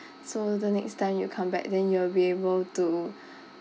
so the next time you come back then you will be able to